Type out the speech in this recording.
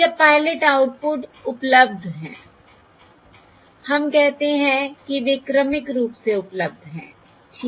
या pilot output उपलब्ध हैं हम कहते हैं कि वे क्रमिक रूप से उपलब्ध हैं ठीक है